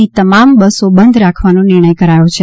ની તમામ બસો બંધ રાખવાનો નિર્ણય કર્યો છે